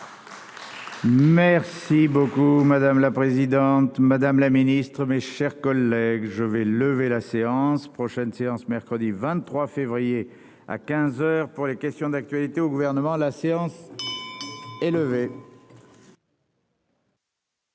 Merci beaucoup, madame la présidente, madame la Ministre, mes chers collègues, je vais lever la séance prochaine séance mercredi 23 février à 15 heures pour les questions d'actualité au gouvernement la séance.